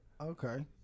Okay